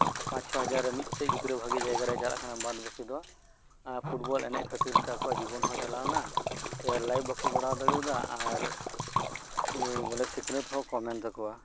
ᱯᱟᱸᱪᱼᱪᱷᱚ ᱦᱟᱡᱟᱨ ᱢᱤᱫᱴᱮᱡ ᱜᱤᱫᱽᱨᱟᱹ ᱵᱷᱟᱹᱜᱤ ᱡᱟᱭᱜᱟ ᱨᱮᱭᱟ ᱪᱟᱞᱟᱜ ᱠᱟᱱᱟ ᱵᱟᱫᱼᱵᱠᱤ ᱫᱚ ᱦᱮᱸ ᱯᱷᱩᱴᱵᱚᱞ ᱮᱱᱮᱡ ᱠᱷᱟᱹᱛᱤᱨ ᱛᱮ ᱟᱠᱚᱣᱟᱜ ᱡᱤᱵᱚᱱ ᱦᱚᱸ ᱪᱟᱞᱟᱣᱮᱱᱟ ᱥᱮ ᱞᱟᱭᱤᱯᱷ ᱵᱟᱠᱚ ᱜᱮᱲᱟᱣ ᱫᱟᱲᱮᱭᱟᱫᱟ ᱟᱨ ᱥᱤᱠᱷᱱᱟᱹᱛ ᱦᱚᱸ ᱠᱚᱢᱮᱱ ᱛᱟᱠᱚᱣᱟ